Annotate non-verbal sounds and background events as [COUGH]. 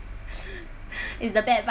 [LAUGHS] [BREATH] is the